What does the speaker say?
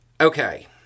Okay